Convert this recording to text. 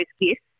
gifts